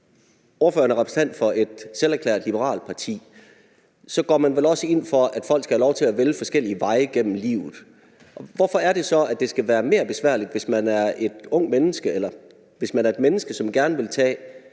Ordføreren er repræsentant for et selverklæret liberalt parti. Så går man vel også ind for, at folk skal have lov til at vælge forskellige veje gennem livet. Hvorfor er det så, at det skal være mere besværligt, hvis man er et ungt menneske, eller hvis man er et menneske, som gerne vil tage